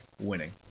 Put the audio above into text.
winning